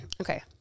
Okay